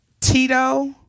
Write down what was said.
Tito